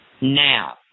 now